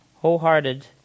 wholehearted